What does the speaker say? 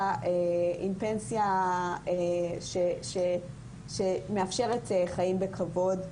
פנסיה שמאפשרת חיים בכבוד.